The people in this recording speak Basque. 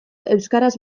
euskaraz